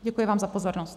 Děkuji vám za pozornost.